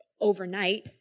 overnight